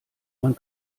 man